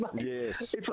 Yes